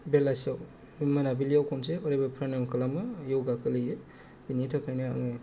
बेलासिआव मोनाबिलिआव खनसे अरायबो प्रनायम खालामो यगा खालायो बिनिथाखायनो आंङो